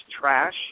trash